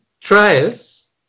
trials